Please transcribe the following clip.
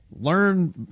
learn